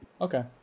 Okay